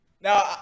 Now